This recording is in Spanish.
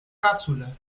cápsula